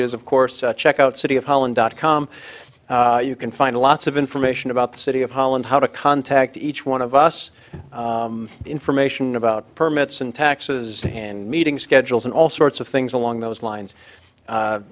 is of course check out city of holland dot com you can find lots of information about the city of holland how to contact each one of us information about permits and taxes hand meeting schedules and all sorts of things along those lines